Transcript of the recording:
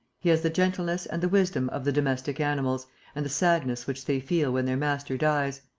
he has the gentleness and the wisdom of the domestic animals and the sadness which they feel when their master dies.